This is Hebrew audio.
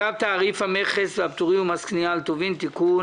צו תעריף המכס והפטורים ומס קנייה על טובין (תיקון),